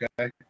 Okay